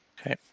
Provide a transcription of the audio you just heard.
okay